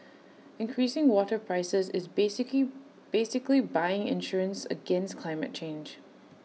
increasing water prices is basically basically buying insurance against climate change